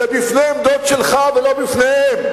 זה בפני עמדות שלך ולא בפניהם,